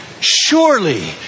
surely